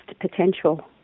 potential